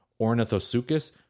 Ornithosuchus